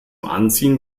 anziehen